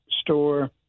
Store